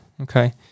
Okay